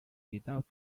without